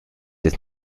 des